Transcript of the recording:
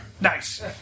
Nice